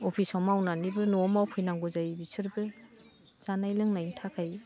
अफिसाव मावनानैबो न'आव मावफैनांगौ जायो बिसोरबो जानाय लोंनायनि थाखाय